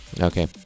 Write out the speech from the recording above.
Okay